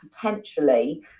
potentially